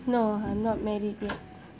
no I'm not married yet